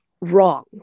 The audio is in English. wrong